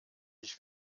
ich